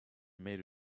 made